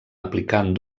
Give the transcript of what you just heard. aplicant